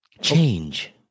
Change